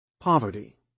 Poverty